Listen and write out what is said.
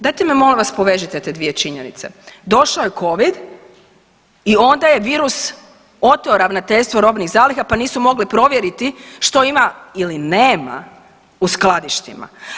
Dajte mi molim vas povežite te dvije činjenice, došao je covid i onda je virus oteo ravnateljstvo robnih zaliha, pa nisu mogli provjeriti što ima ili nema u skladištima.